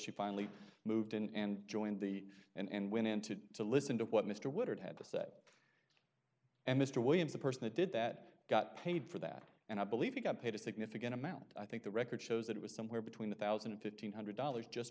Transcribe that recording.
she finally moved in and joined the and went in to to listen to what mr woodard had to say and mr williams the person that did that got paid for that and i believe he got paid a significant amount i think the record shows that it was somewhere between a eleven thousand five hundred dollars just